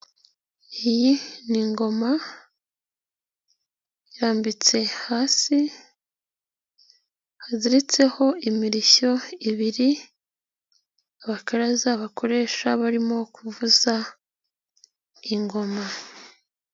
Iyi ni ingoma irambitse hasi, haziritseho imirishyo ibiri, abakaraza bakoresha barimo kuvuza ingoma.